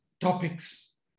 topics